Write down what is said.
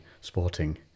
sporting